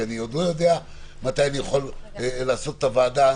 כי אני לא יודע מתי אוכל לעשות את הוועדה.